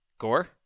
Gore